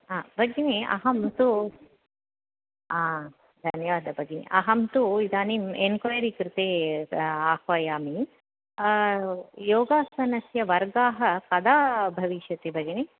हा भगिनि अहं तु धन्यवादः भगिनि अहं तु एन्क्वैरि कृते आह्वयामि योगासनस्य वर्गाः कदा भविष्यन्ति भगिनि